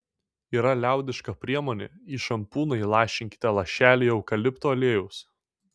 yra liaudiška priemonė į šampūną įlašinkite lašelį eukalipto aliejaus